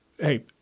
Hey